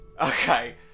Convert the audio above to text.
okay